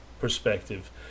perspective